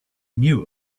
knew